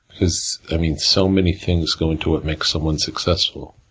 because, i mean, so many things go into what makes someone successful.